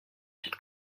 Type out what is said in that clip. przed